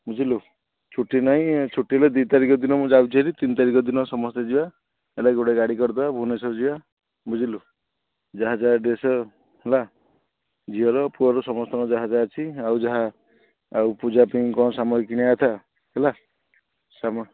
ବୁଝିଲୁ ଛୁଟି ନାହିଁ ଛୁଟି ହେଲେ ଦୁଇ ତାରିଖ ଦିନ ମୁଁ ଯାଉଛି ହେରି ତିନି ତାରିଖ ଦିନ ସମସ୍ତେ ଯିବା ହେଲେ ଗୋଟେ ଗାଡ଼ି କରିଦେବା ଭୁବନେଶ୍ଵର ଯିବା ବୁଝିଲୁ ଯାହା ଯାହା ଡ୍ରେସ୍ ହେଲା ଝିଅର ପୁଅର ସମସ୍ତଙ୍କ ଯାହା ଯାହା ଅଛି ଆଉ ଯାହା ଆଉ ପୂଜା ପାଇଁ କ'ଣ ସାମଗ୍ରୀ କିଣିବା କଥା ହେଲା ସମ